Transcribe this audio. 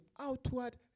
outward